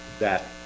that